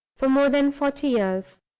for more than forty years